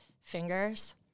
Fingers